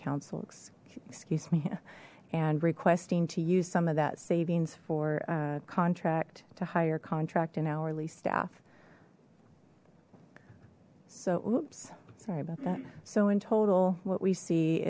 council excuse me and requesting to use some of that savings for contract to hire contract and hourly staff so oops sorry about that so in total what we see